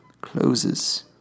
closes